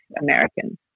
Americans